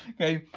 okay?